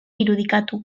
irudikatu